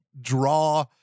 draw